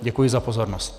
Děkuji za pozornost.